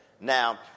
Now